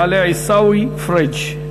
יעלה עיסאווי פריג'.